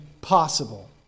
possible